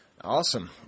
Awesome